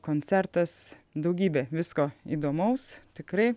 koncertas daugybė visko įdomaus tikrai